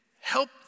help